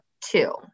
two